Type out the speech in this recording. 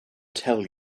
tell